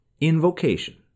Invocation